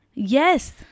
yes